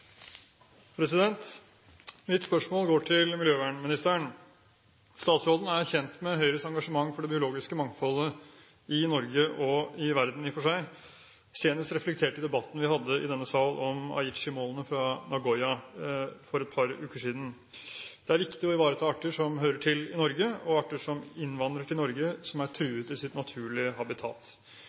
Mitt spørsmål går til miljøvernministeren. Statsråden er kjent med Høyres engasjement for det biologiske mangfoldet i Norge – og i og for seg i verden – senest reflektert i debatten vi hadde i denne sal om Aichi-målene fra Nagoya for et par uker siden. Det er viktig å ivareta arter som hører til i Norge, og arter som innvandrer til Norge som er truet i sitt naturlige habitat.